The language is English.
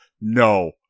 no